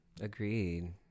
Agreed